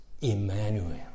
Emmanuel